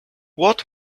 what